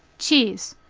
cheese.